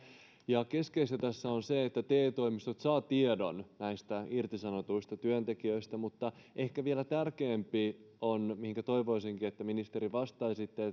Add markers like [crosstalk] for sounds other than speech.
keskeistä tässä on se että te toimistot saavat tiedon näistä irtisanotuista työntekijöistä ehkä vielä tärkeämpää on se mihin toivoisinkin ministeri että vastaisitte [unintelligible]